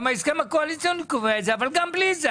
גם ההסכם הקואליציוני קובע את זה אבל גם בלי זה,